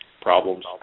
problems